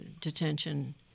detention